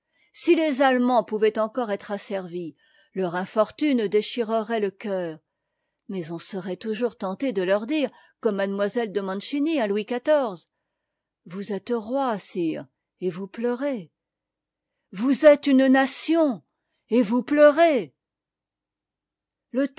si les allemands pouvaient encore être asservis leur infortune déchirerait le cœur mais on serait toujours tenté de leur dire comme mademoiselle de mancini à louis xiv vous etes roi s re et voos pleurez k vous êtes une nation et vous pleurez le